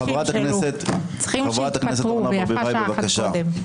חברת הכנסת אורנה ברביבאי, בבקשה.